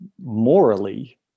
morally